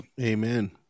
Amen